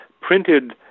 printed